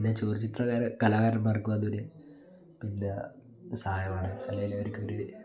പിന്നെ ചുമർച്ചിത്ര കലാകാരന്മാർക്കും അതൊരു പിന്നെ സഹായകമാണ് അല്ലെങ്കിൽ അവർക്കൊരു